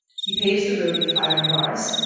he paves the road with iron bars,